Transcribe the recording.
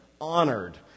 honored